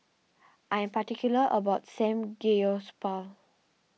I am particular about my Samgeyopsal